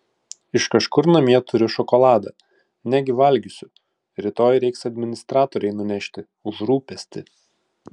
iš kažkur namie turiu šokoladą negi valgysiu rytoj reiks administratorei nunešti už rūpestį